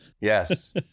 Yes